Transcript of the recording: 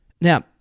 Now